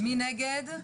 מי נגד?